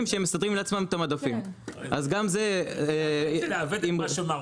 שמסדרים לעצמם את המדפים אז גם זה --- אבל אתה מעוות את מה שהוא אמר,